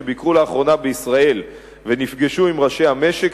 שביקרו לאחרונה בישראל ונפגשו עם ראשי המשק,